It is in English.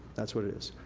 that's what it is.